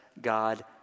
God